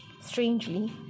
Strangely